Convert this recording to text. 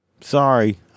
Sorry